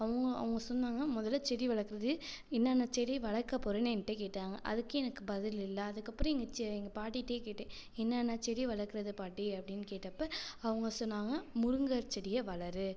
அவங்க அவங்க சொன்னாங்கள் முதல்ல செடி வளர்க்கறது என்னென்ன செடி வளர்க்கப் போறேன்னு என்கிட்ட கேட்டாங்கள் அதுக்கு எனக்கு பதில் இல்லை அதுக்கப்புறம் எங்கள் செ எங்கள் பாட்டிகிட்டயே கேட்டேன் என்னென்ன செடி வளர்க்கறது பாட்டி அப்படின்னு கேட்டப்போ அவங்கள் சொன்னாங்கள் முருங்கச் செடியை வளரு